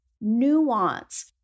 nuance